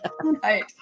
Right